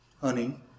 honey